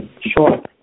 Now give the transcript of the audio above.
Sure